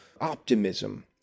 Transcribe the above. optimism